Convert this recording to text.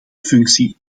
functie